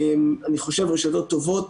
אני חושב, רשתות טובות.